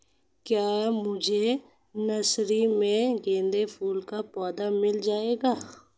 क्या मुझे नर्सरी में गेंदा फूल का पौधा मिल जायेगा?